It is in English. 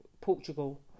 Portugal